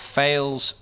fails